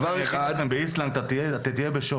אני אגיד לכם נתונים באיסלנד אתה תהיה בשוק,